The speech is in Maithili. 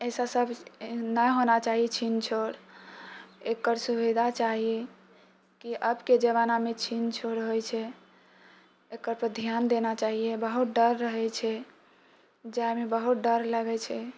ऐसा सब नहि होना चाही छीन छोर एकर सुविधा चाही की आबके जमानामे छीन छोर होइ छै एकरापर धियान देना चाही बहुत डर रहै छै जाइमे बहुत डर लागै छै